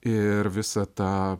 ir visą tą